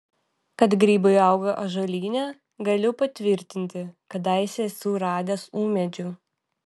kad grybai auga ąžuolyne galiu patvirtinti kadaise esu radęs ūmėdžių